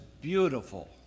beautiful